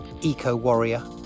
eco-warrior